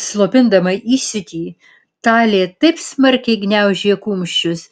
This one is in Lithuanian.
slopindama įsiūtį talė taip smarkiai gniaužė kumščius